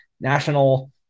national